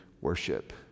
worship